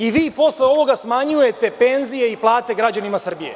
I vi posle ovoga smanjujete penzije i plate građanima Srbije?